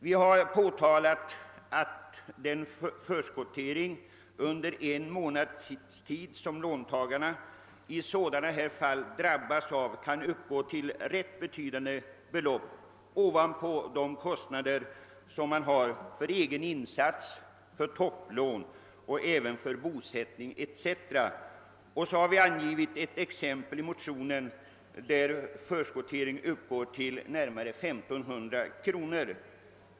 Vi har påtalat att den förskottering under en månads tid som låntagarna i sådana fall tvingas till kan uppgå till ganska betydande belopp ovanpå de kostnader de har för egen insats, för topplån och bosättning etc. Vi har i motionen angivit ett exempel där förskottet uppgår till närmare 1 500 kr.